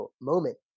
moment